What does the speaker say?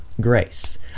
grace